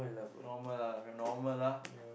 normal ah right normal ah